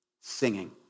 singing